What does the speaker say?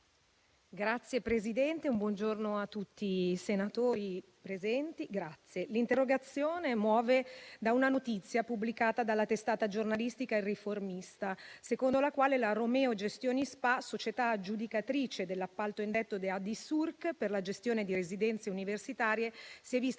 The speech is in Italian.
Signor Presidente, signori senatori, l'interrogazione muove da una notizia pubblicata dalla testata giornalistica «Il Riformista», secondo la quale la Romeo Gestioni SpA, società aggiudicatrice dell'appalto indetto da Adisurc per la gestione di residenze universitarie, si è vista